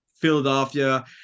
Philadelphia